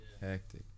Hectic